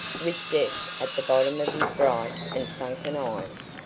with death at the bottom of his bright and sunken eyes.